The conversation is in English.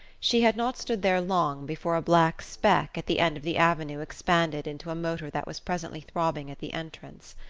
she had not stood there long before a black speck at the end of the avenue expanded into a motor that was presently throbbing at the entrance.